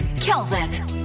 Kelvin